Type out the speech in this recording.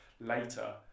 later